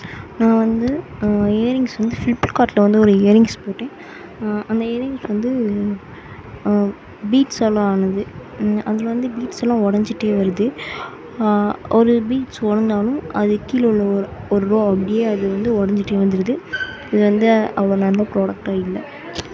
நான் வந்து இயரிங்ஸ் வந்து ஃப்ளிப்கார்ட்டில் வந்து ஒரு இயரிங்ஸ் போட்டேன் அந்த இயரிங்ஸ் வந்து பீட்ஸால் ஆனது அதில் வந்து பீட்ஸ்லாம் ஒடைஞ்சிட்டே வருது ஒரு பீட்ஸ் ஒடைஞ்சாலும் அது கீழே உள்ள ஒரு ஒரு ரோவ் அப்படியே வந்து ஒடைஞ்சிட்டே வந்துடுது இது வந்து அவ்வளோ நல்ல ப்ராடக்டாக இல்லை